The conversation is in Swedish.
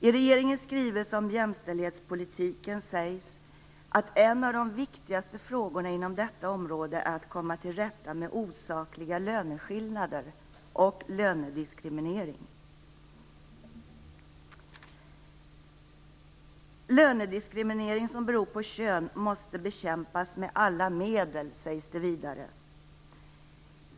I regeringens skrivelse om jämställdhetspolitiken sägs att en av de viktigaste frågorna inom detta område är att komma till rätta med osakliga löneskillnader och lönediskriminering. Lönediskriminering som beror på kön måste bekämpas med alla medel, sägs det vidare.